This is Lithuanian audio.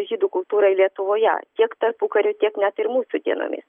žydų kultūrai lietuvoje tiek tarpukariu tiek net ir mūsų dienomis